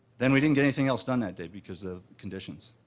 then we didn't get anything else done that day because of conditions.